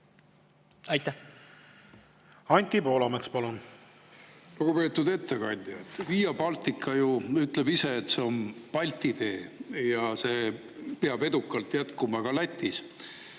palun! Anti Poolamets, palun! Lugupeetud ettekandja! Via Baltica ju ütleb ise, et see on Balti tee, ja see peab edukalt jätkuma ka Lätis.